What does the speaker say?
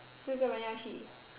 四个人要去